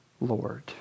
lord